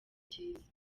cy’isi